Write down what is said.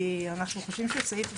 כי אנחנו חושבים שסעיף 22,